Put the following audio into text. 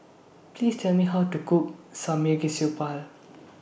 Please Tell Me How to Cook